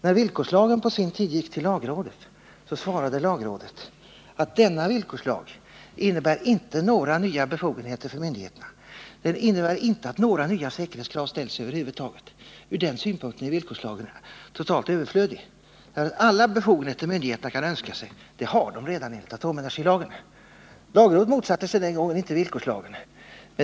När villkorslagen på sin tid gick till lagrådet, svarade lagrådet att denna villkorslag inte innebär några nya befogenheter för myndigheterna. Den innebär inte att några nya säkerhetskrav ställs över huvud taget. Från den synpunkten är villkorslagen totalt överflödig. Alla de befogenheter myndigheterna kan önska sig har de redan enligt atomenergilagen. Lagrådet motsatte sig den gången inte villkorslagen.